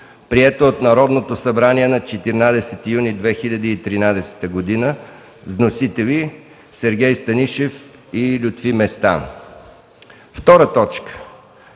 прието от Народното събрание на 14 юни 2013 г. Вносители са Сергей Станишев и Лютви Местан.